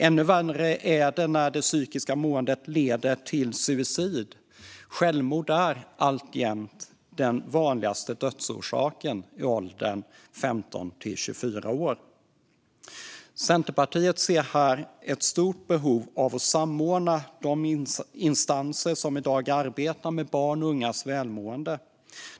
Ännu värre är det när det psykiska måendet leder till suicid. Självmord är alltjämt den vanligaste dödsorsaken i åldern 15-24 år. Centerpartiet ser här ett stort behov av att samordna de instanser som i dag arbetar med barns och ungas välmående.